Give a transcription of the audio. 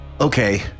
Okay